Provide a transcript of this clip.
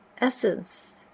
essence